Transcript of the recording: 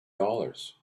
dollars